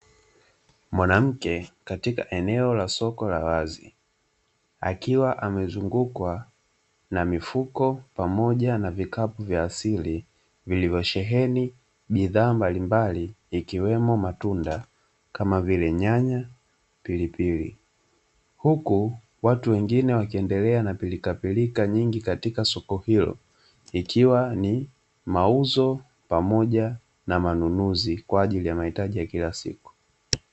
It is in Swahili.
Mwanamke katika eneo la soko la wazi akiwa amezungukwa na mifuko pamoja na vikapu vya asili vilivyosheheni bidhaa mbalimbali, ikiwemo matunda kama vile nyanya na pilipili, huku watu wengi wakiendelea na pilikapilika nyingi katika soko hilo ikiwa ni mauzo pamoja na manunuzi kwaajili ya mahitaji ya kila siku.